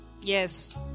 Yes